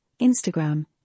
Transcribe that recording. Instagram